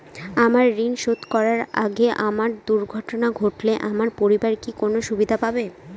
আমার ঋণ শোধ করার আগে আমার দুর্ঘটনা ঘটলে আমার পরিবার কি কোনো সুবিধে পাবে?